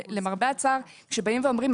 למרבה הצער כשבאים ואומרים,